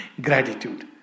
Gratitude